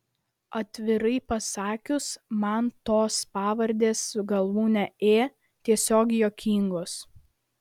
atvirai pasakius man tos pavardės su galūne ė tiesiog juokingos